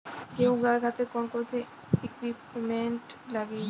गेहूं उगावे खातिर कौन कौन इक्विप्मेंट्स लागी?